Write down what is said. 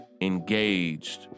engaged